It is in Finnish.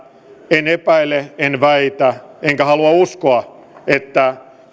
en epäile en väitä enkä halua uskoa että